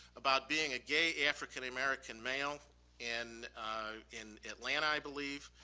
about being a gay african-american male in in atlanta, i believe.